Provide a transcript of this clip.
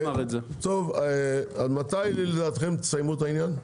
טוב, עד מתי לדעתם תסיימו את העניין?